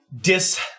Dis